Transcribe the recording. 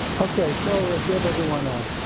okay, so we'll give everyone ah